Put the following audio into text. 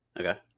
Okay